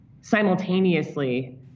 simultaneously